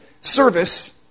service